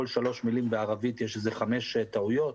שלוש מילים בערבית יש איזה חמש טעויות.